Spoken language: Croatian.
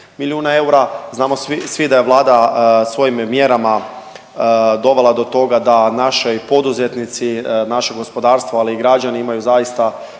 milijuna eura. Znamo svi da je Vlada svojim mjerama dovela do toga da naši poduzetnici, naše gospodarstvo, ali i građani imaju zaista